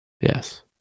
Yes